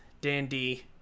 Dandy